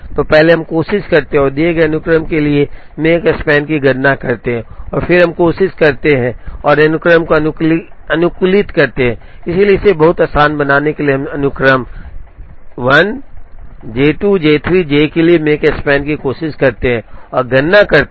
तो पहले हम कोशिश करते हैं और दिए गए अनुक्रम के लिए Makespan की गणना करते हैं और फिर हम कोशिश करते हैं और अनुक्रम को अनुकूलित करते हैं इसलिए इसे बहुत आसान बनाने के लिए हम अनुक्रम 1 J 2 J 3 J के लिए Makespan की कोशिश करते हैं और गणना करते हैं